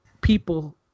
people